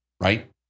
right